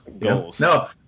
No